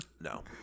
No